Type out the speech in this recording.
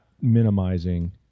minimizing